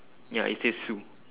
ya it says sue